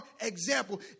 example